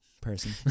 person